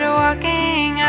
walking